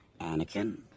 Anakin